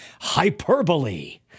Hyperbole